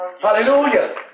hallelujah